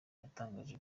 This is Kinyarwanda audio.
yatangaje